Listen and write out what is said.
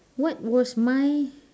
what was my